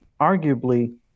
Arguably